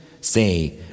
Say